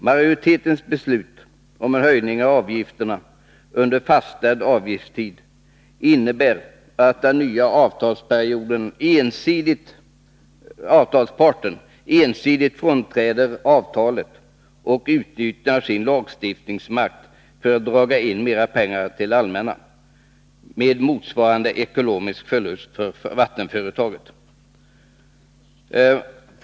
Majoritetens förslag om en höjning av avgifterna under fastställd avgiftstid innebär att den nya avtalsparten ensidigt frånträder avtalet och utnyttjar sin lagstiftningsmakt för att dra in mer pengar till det allmänna, med motsvarande ekonomiska förlust för vattenföretaget.